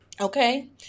Okay